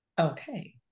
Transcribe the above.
Okay